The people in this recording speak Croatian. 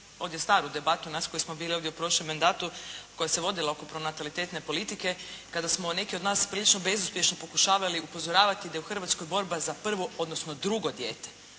ovdje staru debatu nas koji smo bili ovdje u starom mandatu, koja se vodila oko pronatalitetne politike kada smo neki od nas prilično bezuspješno pokušavali upozoravati da je u Hrvatskoj borba za prvo, odnosno drugo dijete.